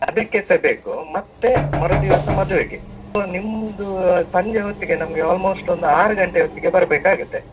ಅದಕ್ಕೆ ಸಹ ಬೇಕು ಮತ್ತು ಮರುದಿವಸ ಮದುವೆಗೆ ಸೊ ನಿಮ್ದು ಸಂಜೆ ಹೊತ್ತಿಗೆ ನಮಗೆ ಆಲ್ಮೋಸ್ಟ್ ಒಂದು ಆರು ಗಂಟೆ ಹೊತ್ತಿಗೆ ಬರಬೇಕಾಗತ್ತೆ